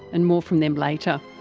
and more from them later.